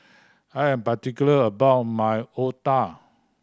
I am particular about my otah